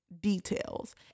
Details